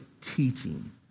teaching